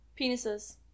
Penises